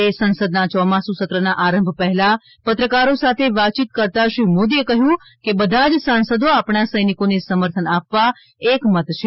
આજે સંસદના ચોમાસુ સત્રના આરંભ પહેલાં પત્રકારો સાથે વાતચીત કરતાં શ્રી મોદીએ કહ્યું હતું કે બધા જ સાંસદો આપણા સૈનિકોને સમર્થન આપવા એકમત છે